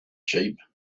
sheep